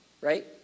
right